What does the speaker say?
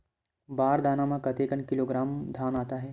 बार दाना में कतेक किलोग्राम धान आता हे?